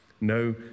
No